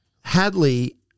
Hadley